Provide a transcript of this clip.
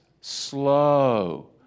slow